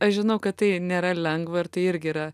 aš žinau kad tai nėra lengva ir tai irgi yra